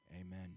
Amen